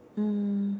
mm